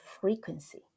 frequency